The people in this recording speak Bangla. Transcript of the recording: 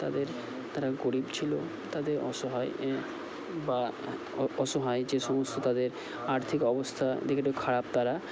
তাদের তারা গরিব ছিলো তাদের অসহায় বা অসহায় যে সমস্ত তাদের আর্থিক অবস্তা দেখে একটু খারাপ তারা